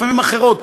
לפעמים אחרות,